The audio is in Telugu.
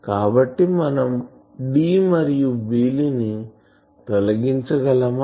కాబట్టి మనం D మరియు B లను తొలగించగలమా